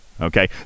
okay